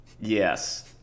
yes